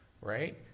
right